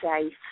safe